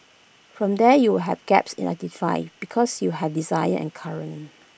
from there you have gaps identified because you have desired and current